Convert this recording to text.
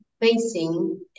facing